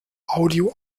audio